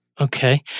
Okay